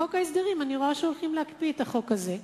בחוק ההסדרים אני רואה שהולכים להקפיא את החוק הזה,